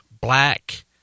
black